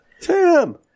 Tim